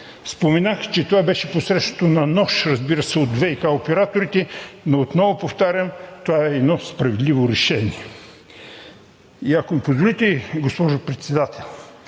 Споменах, че това беше посрещнато на нож, разбира се, от ВиК операторите, но отново повтарям – това е едно справедливо решение. И ако ми позволите, госпожо Председател,